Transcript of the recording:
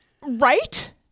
Right